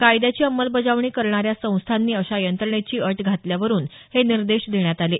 कायद्याची अंमलबजावणी करणाऱ्या संस्थानी अशा यंत्रणेची अट घातल्यावरुन हे निर्देश देण्यात आले आहेत